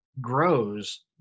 grows